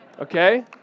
Okay